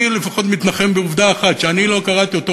אני לפחות מתנחם בעובדה אחת: אני אומנם לא קראתי אותו,